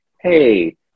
Hey